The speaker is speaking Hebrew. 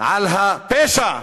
על הפשע.